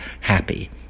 happy